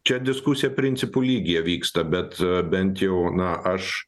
čia diskusija principų lygyje vyksta bet bent jau na aš